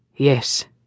Yes